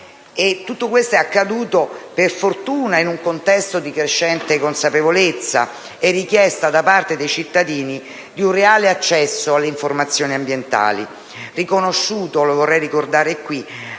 Tutto questo è accaduto, per fortuna, in un contesto di crescente consapevolezza e richiesta da parte dei cittadini di un reale accesso alle informazioni ambientali, riconosciuto - lo vorrei ricordare -